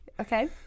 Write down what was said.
Okay